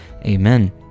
amen